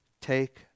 take